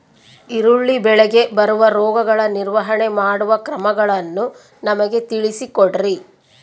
ಈರುಳ್ಳಿ ಬೆಳೆಗೆ ಬರುವ ರೋಗಗಳ ನಿರ್ವಹಣೆ ಮಾಡುವ ಕ್ರಮಗಳನ್ನು ನಮಗೆ ತಿಳಿಸಿ ಕೊಡ್ರಿ?